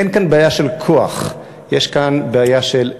אין כאן בעיה של כוח, יש כאן בעיה של צדק: